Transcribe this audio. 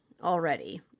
already